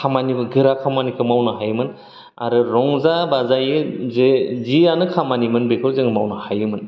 खामानिबो गोरा खामानिखौ मावनो हायोमोन आरो रंजा बाजायै जे जियानो खामानिमोन बेखौ जोङो मावनो हायोमोन